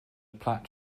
plaid